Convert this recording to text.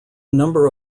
number